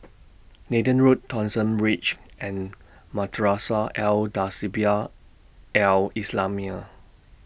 Nathan Road Thomson Ridge and Madrasah Al Tahzibiah Al Islamiah